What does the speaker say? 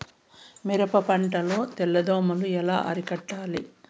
మిరప పంట లో తెల్ల దోమలు ఎలా అరికట్టాలి?